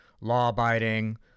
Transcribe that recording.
law-abiding